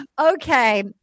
Okay